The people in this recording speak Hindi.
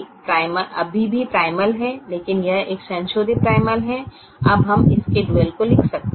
तो यह अभी भी प्राइमल है लेकिन यह एक संशोधित प्राइमल है अब हम इस के डुअल को लिख सकते हैं